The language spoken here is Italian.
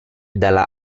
dalla